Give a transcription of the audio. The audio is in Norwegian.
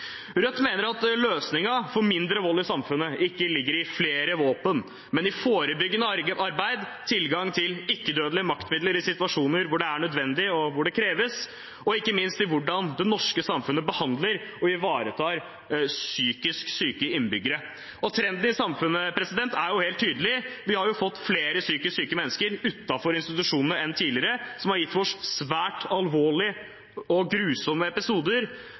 Rødt mener løsningen for mindre vold i samfunnet ikke ligger i flere våpen, men i forebyggende arbeid, i tilgang til ikke-dødelige maktmidler i situasjoner hvor det er nødvendig og kreves, og ikke minst i hvordan det norske samfunnet behandler og ivaretar psykisk syke innbyggere. Trenden i samfunnet er helt tydelig. Vi har fått flere psykisk syke mennesker utenfor institusjonene enn tidligere, noe som har gitt oss svært alvorlige og grusomme episoder.